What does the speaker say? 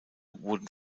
wurden